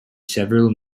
several